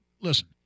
listen